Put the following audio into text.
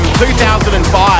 2005